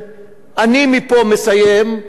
אני מפה מסיים, אני יורד